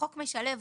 החוק משלב,